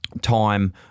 time